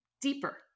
deeper